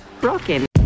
Broken